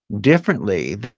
Differently